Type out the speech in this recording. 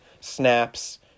snaps